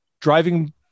driving